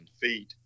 feet